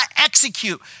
execute